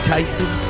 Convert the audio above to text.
Tyson